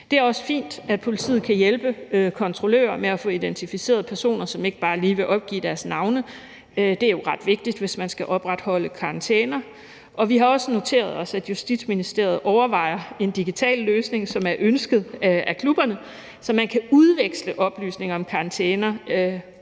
Det er også fint, at politiet kan hjælpe kontrollører med at få identificeret personer, som ikke bare lige vil opgive deres navne. Det er jo ret vigtigt, hvis man skal opretholde karantæner. Vi har også noteret os, at Justitsministeriet overvejer en digital løsning, som er ønsket af klubberne, så man kan udveksle oplysninger om karantæner.